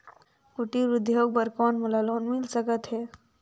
कुटीर उद्योग बर कौन मोला लोन मिल सकत हे?